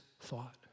thought